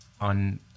on